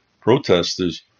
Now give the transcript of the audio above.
protesters